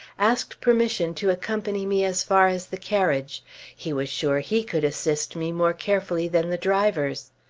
asked permission to accompany me as far as the carriage he was sure he could assist me more carefully than the drivers.